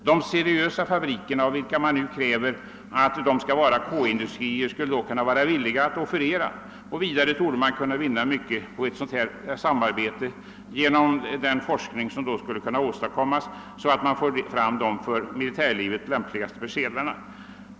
De seriösa fabrikerna, av vilka man nu kräver att de skall vara K-industrier, skulle då kunna vara villiga att offerera. Vidare torde man kunna vinna mycket på ctt sådant samarbete genom den forskning som skulle kunna åstadkommas, så att man fick fram de för militärlivet lämpligaste persedlarna.